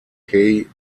key